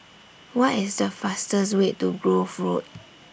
What IS The fastest Way to Grove Road